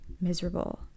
miserable